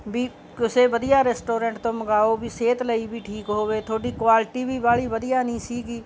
ਵੀ ਕਿਸੇ ਵਧੀਆ ਰੈਸਟੋਰੈਂਟ ਤੋਂ ਮੰਗਵਾਓ ਵੀ ਸਿਹਤ ਲਈ ਵੀ ਠੀਕ ਹੋਵੇ ਤੁਹਾਡੀ ਕੁਆਲਿਟੀ ਵੀ ਵਾਹਲੀ ਵਧੀਆ ਨਹੀਂ ਸੀਗੀ